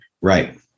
Right